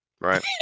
Right